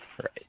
Right